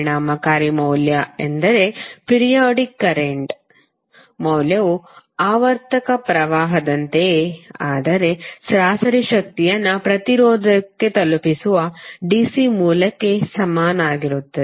ಪರಿಣಾಮಕಾರಿ ಮೌಲ್ಯ ಎಂದರೆ ಪಿರಿಯಾಡಿಕ್ ಕರೆಂಟ್ ಮೌಲ್ಯವು ಆವರ್ತಕ ಪ್ರವಾಹದಂತೆಯೇ ಅದೇ ಸರಾಸರಿ ಶಕ್ತಿಯನ್ನು ಪ್ರತಿರೋಧಕಕ್ಕೆ ತಲುಪಿಸುವ ಡಿಸಿ ಮೂಲಕ್ಕೆ ಸಮನಾಗಿರುತ್ತದೆ